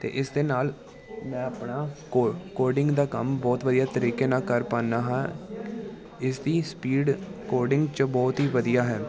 ਅਤੇ ਇਸ ਦੇ ਨਾਲ ਮੈਂ ਆਪਣਾ ਕੋ ਕੋਡਿੰਗ ਦਾ ਕੰਮ ਬਹੁਤ ਵਧੀਆ ਤਰੀਕੇ ਨਾਲ ਕਰ ਪਾਉਂਦਾ ਹਾਂ ਇਸ ਦੀ ਸਪੀਡ ਕੋਡਿੰਗ 'ਚ ਬਹੁਤ ਹੀ ਵਧੀਆ ਹੈ